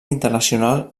internacional